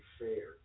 fair